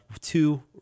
two